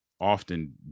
often